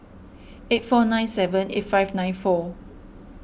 eight four nine seven eight five nine four